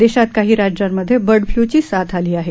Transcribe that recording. देशात काही राज्यांमध्ये बर्ड फ्लूची साथ आली आहे